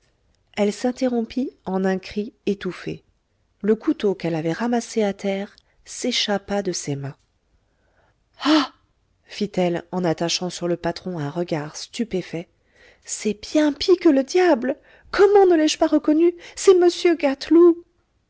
elle s'interrompit en un cri étouffé le couteau qu'elle avait ramassé à terre s'échappa de ses mains ah fit-elle en attachant sur le patron un regard stupéfait c'est bien pis que le diable comment ne l'ai-je pas reconnu c'est m gâteloup